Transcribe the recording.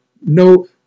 no